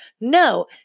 no